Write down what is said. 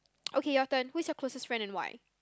okay your turn who's your closest friend and why